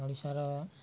ଓଡ଼ିଶାର